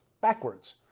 backwards